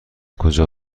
کجا